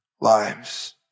lives